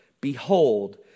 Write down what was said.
behold